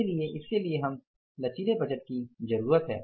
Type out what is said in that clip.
इसलिए इसके लिए हमें लचीले बजट की जरूरत है